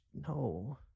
no